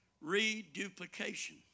reduplication